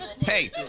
hey